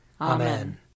Amen